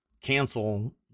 cancel